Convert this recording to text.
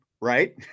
right